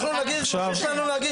אנחנו נגיד את מה שיש לנו להגיד.